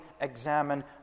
examine